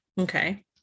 okay